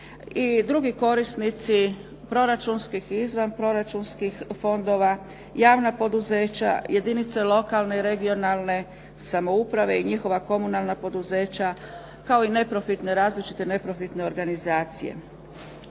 i drugi korisnici proračunskih i izvanproračunskih fondova, javna poduzeća, jedinice lokalne i regionalne samouprave i njihova komunalna poduzeća kao i različite neprofitne organizacije.